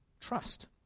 Trust